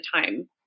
time